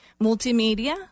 multimedia